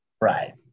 Right